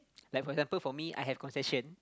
like for example for me I have concession